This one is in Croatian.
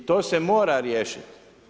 I to se mora riješiti.